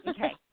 Okay